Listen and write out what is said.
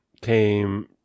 came